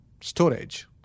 storage